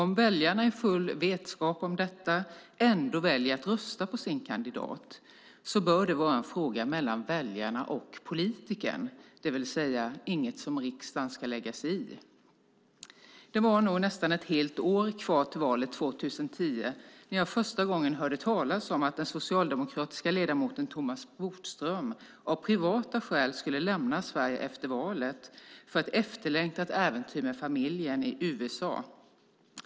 Om väljarna i full vetskap om detta ändå väljer att rösta på sin kandidat bör det vara en fråga mellan väljarna och politikern, det vill säga inget som riksdagen ska lägga sig i. Det var nog nästan ett helt år kvar till valet 2010 när jag första gången hörde talas om att den socialdemokratiska riksdagsledamoten Thomas Bodström av privata skäl skulle lämna Sverige efter valet för ett efterlängtat äventyr med familjen i USA.